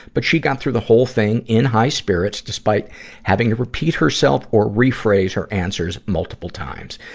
but she got through the whole thing in high spirits, despite having to repeat herself or rephrase her answers multiple times.